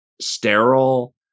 sterile